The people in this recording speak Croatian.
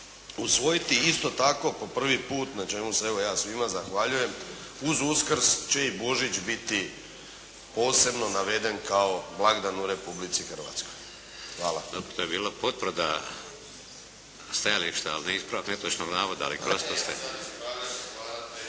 usvojiti. Isto tako, po prvi put na čemu se evo ja svima zahvaljujem uz Uskrs će i Božić biti posebno naveden kao blagdan u Republici Hrvatskoj. Hvala. **Šeks, Vladimir (HDZ)** Dobro, to je bila potvrda stajališta, a ne ispravak netočnog navoda. Ali tko će